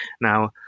Now